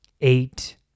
eight